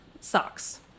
socks